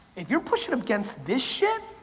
if you're pushing up against this shit,